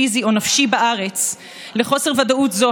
פיזי או נפשי בארץ יש לחוסר ודאות זו